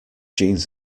jeans